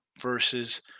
versus